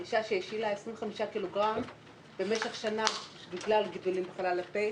אישה שהשילה 25 קילוגרם במשך שנה בגלל גידולים בחלל הפה